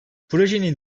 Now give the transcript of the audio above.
projenin